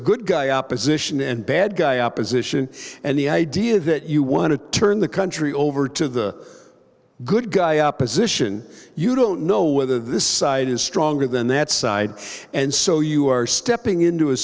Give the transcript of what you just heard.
good guy opposition and bad guy opposition and the idea that you want to turn the country over to the good guy opposition you don't know whether this side is stronger than that side and so you are stepping into a